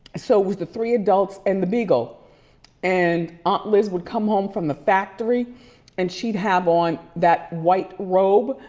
so it was the three adults and the beagle and aunt liz would come home from the factory and she'd have on that white robe.